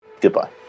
goodbye